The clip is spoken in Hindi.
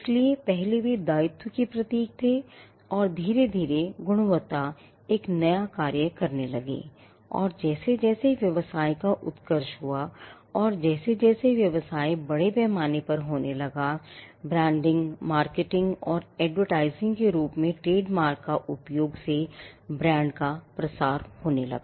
इसलिए पहले वे दायित्व के प्रतीक थे और धीरे धीरे वे गुणवत्ता एक नया कार्य करने लगे और जैसे जैसे व्यवसाय का उत्कर्ष हुआ और जैसे जैसे व्यवसाय बड़े पैमाने पर होने लगा और brandingmarketing और advertising के रूप में ट्रेडमार्क का उपयोग से ब्रांड का प्रसार किया